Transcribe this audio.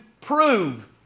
prove